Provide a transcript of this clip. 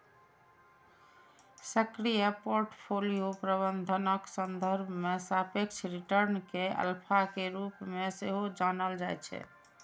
सक्रिय पोर्टफोलियो प्रबंधनक संदर्भ मे सापेक्ष रिटर्न कें अल्फा के रूप मे सेहो जानल जाइ छै